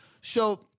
So-